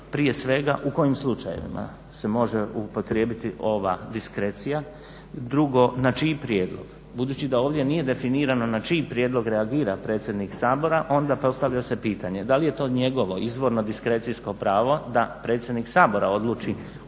prije svega u kojim slučajevima se može upotrijebiti ova diskrecija, drugo na čiji prijedlog. Budući da ovdje nije definirano na čiji prijedlog reagira predsjednik Sabora onda postavlja se pitanje da li je to njegovo izvorno diskrecijsko pravo da predsjednik Sabora odluči u